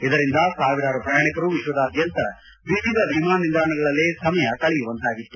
ಇದರಿಂದ ಸಾವಿರಾರು ಪ್ರಯಾಣಿಕರು ವಿಶ್ವದಾದ್ಯಂತ ವಿವಿಧ ವಿಮಾನ ನಿಲ್ದಾಣಗಳಲ್ಲೇ ಸಮಯ ಕಳೆಯುವಂತಾಗಿತ್ತು